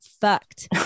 fucked